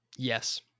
Yes